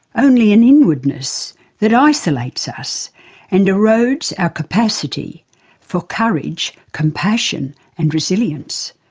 only an inwardness that isolates us and erodes our capacity for courage, compassion and resilience.